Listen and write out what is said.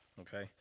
Okay